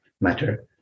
matter